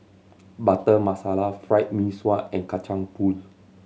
Butter Masala Fried Mee Sua and Kacang Pool